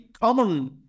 common